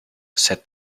said